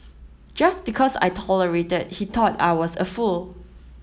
just because I tolerated he thought I was a fool